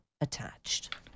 attached